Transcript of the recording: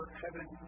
heaven